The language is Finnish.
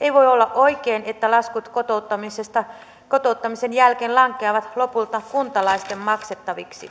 ei voi olla oikein että laskut kotouttamisesta ja kotouttamisen jälkeen lankeavat lopulta kuntalaisten maksettaviksi